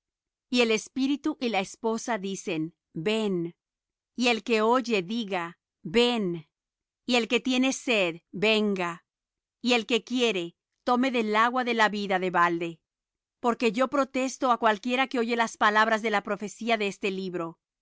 y el espíritu y la esposa dicen ven y el que oye diga ven y el que tiene sed venga y el que quiere tome del agua de la vida de balde porque yo protesto á cualquiera que oye las palabras de la profecía de este libro